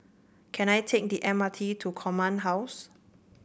can I take the M R T to Command House